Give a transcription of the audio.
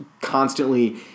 constantly